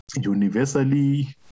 universally